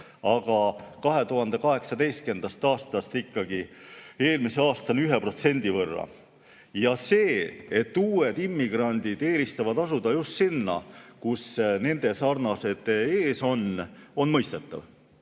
2018. aastaga ikkagi eelmisel aastal 1% võrra. See, et uued immigrandid eelistavad asuda just sinna, kus nendesarnased ees on, on mõistetav.